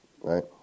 right